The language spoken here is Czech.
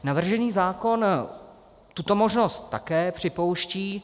Navržený zákon tuto možnost také připouští.